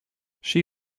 she